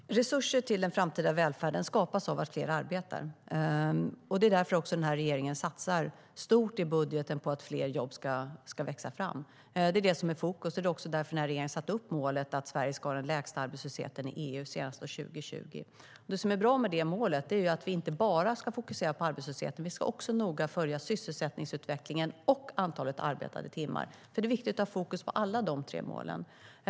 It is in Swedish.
Herr talman! Resurser till den framtida välfärden skapas av att fler arbetar, och det är därför som regeringen i budgeten satsar stort på att fler jobb ska växa fram. Det är det som är i fokus, och det är också därför regeringen har satt upp målet att Sverige ska ha den lägsta arbetslösheten i EU senast 2020.Det som är bra med det målet är att vi inte bara ska fokusera på arbetslösheten, utan vi ska också noga följa sysselsättningsutvecklingen och antalet arbetade timmar. Det är viktigt att ha fokus på alla dessa tre mål.